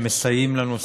שמסייעים לנו,